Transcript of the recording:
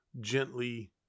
gently